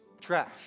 trash